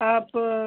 आप